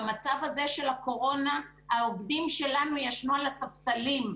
במצב הזה של הקורונה העובדים שלנו ישנו על הספסלים,